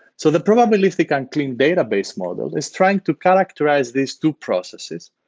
so the probabilistic unclean database model is trying to characterize these two processes.